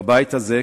בבית הזה,